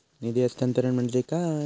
निधी हस्तांतरण म्हणजे काय?